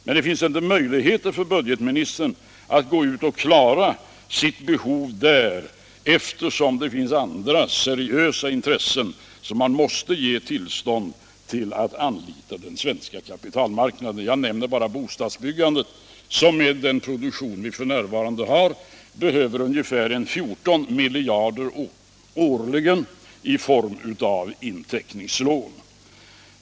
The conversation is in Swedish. Men det finns inte möjligheter för budgetministern att gå ut och täcka sitt behov där, eftersom det finns andra seriösa intressen som man måste ge tillstånd till att anlita den svenska kapitalmarknaden. Jag nämner bara bostadsbyggandet, som med den produktion vi f.n. har behöver ungefär 14 miljarder årligen i form av inteckningslån.